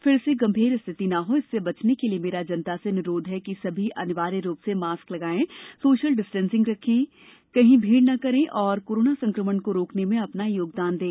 फिर से गंभीर स्थिति न हो इससे बचने के लिए मेरा जनता से अनुरोध है कि सभी अनिवार्य रूप से मास्क लगाएँ सोशल डिस्टेंसिंग रखें कहीं भीड़ न करें तथा कोरोना संक्रमण को रोकने में अपना योगदान दें